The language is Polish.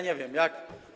Nie wiem jak.